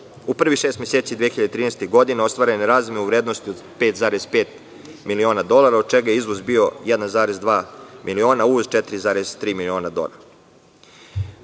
U prvih šest meseci 2013. godine ostvarena je razmena u vrednosti od 5,5 miliona dolara, od čega je izvoz bio 1,2 miliona, a uvoz 4,3 miliona dolara. Sigurno